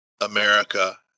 America